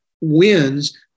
wins